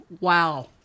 wow